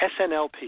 SNLP